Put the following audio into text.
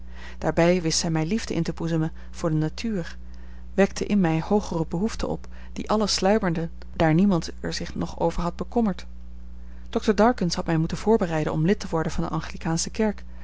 daarbij wist zij mij liefde in te boezemen voor de natuur wekte in mij hoogere behoeften op die alle sluimerden daar niemand er zich nog over had bekommerd dr darkins had mij moeten voorbereiden om lid te worden van de anglikaansche kerk